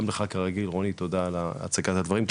דוקטור רוני, תודה על הצגת הדברים.